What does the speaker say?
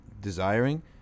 desiring